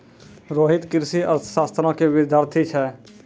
रोहित कृषि अर्थशास्त्रो के विद्यार्थी छै